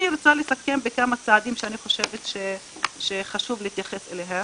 אני רוצה לסכם בכמה צעדים שאני חושבת שחשוב להתייחס אליהם.